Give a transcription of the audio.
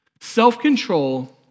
Self-control